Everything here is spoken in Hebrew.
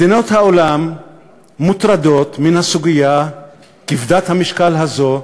מדינות העולם מוטרדות מהסוגיה כבדת משקל הזאת.